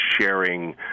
sharing